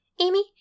Amy